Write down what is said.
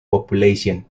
populations